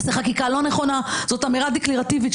זוהי חקיקה לא נכונה; זוהי אמירה דקלרטיבית,